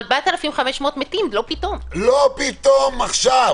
4,500 מתים, 1,000 איש מתו